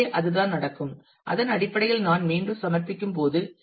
எனவே அதுதான் நடக்கும் அதன் அடிப்படையில் நான் மீண்டும் சமர்ப்பிக்கும் போது